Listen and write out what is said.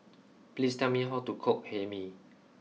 please tell me how to cook Hae Mee